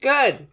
Good